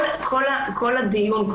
כל הדיון,